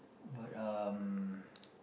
but um